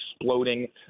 exploding